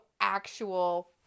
actual